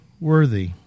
worthy